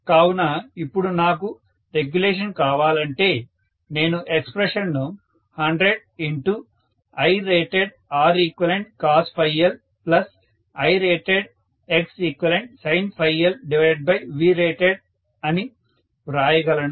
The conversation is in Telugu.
కావున ఇప్పుడు నాకు రెగ్యులేషన్ కావాలంటే నేను ఎక్స్ప్రెషన్ ను 100IratedReqcosLIratedXeqsinLVrated అని వ్రాయగలను